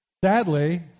Sadly